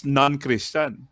non-Christian